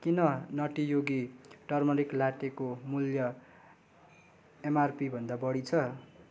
किन Nutty Yogi turmeric लाट्टेको मूल्य एमआरपीभन्दा बढी छ